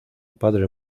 padre